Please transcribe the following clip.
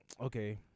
okay